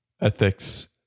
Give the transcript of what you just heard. ethics